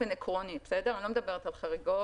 באופן עקרוני אני לא מדברת על חריגות,